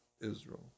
Israel